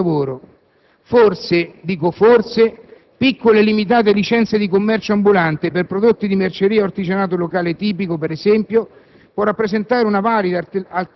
C'è anche da considerare la questione del lavoro. Forse, piccole e limitate licenze di commercio ambulante per prodotti di merceria o di artigianato locale tipico, per esempio,